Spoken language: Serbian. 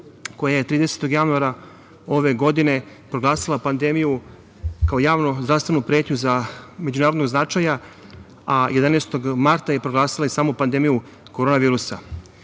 koja je 30. januara ove godine proglasila pandemiju kao javnu zdravstvenu pretnju od međunarodnog značaja, a 11. marta je proglasila i samu pandemiju korona virusa. Vlada